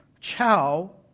Chow